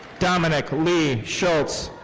dominick lee schultz.